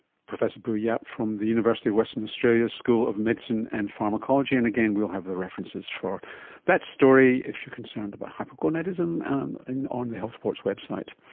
professor bu yeap from the university of western australia's school of medicine and pharmacology. and again, we'll have the references for that story if you are concerned about hypogonadism um and on the health report's website.